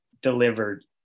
delivered